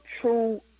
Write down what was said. true